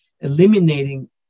eliminating